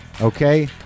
Okay